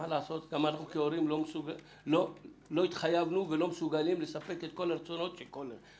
גם אנחנו כהורים לא מסוגלים לספק את כל הרצונות של כל הורה.